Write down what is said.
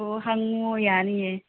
ꯑꯣ ꯍꯪꯉꯣ ꯌꯥꯅꯤꯌꯦ